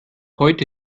heute